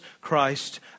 Christ